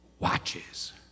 watches